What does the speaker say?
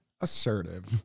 assertive